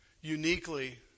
uniquely